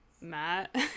Matt